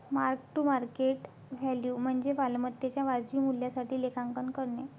mark to market value म्हणजे मालमत्तेच्या वाजवी मूल्यासाठी लेखांकन करणे